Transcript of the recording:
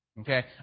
Okay